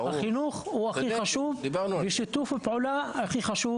החינוך הוא הכי חשוב, ושיתוף הפעולה הכי חשוב.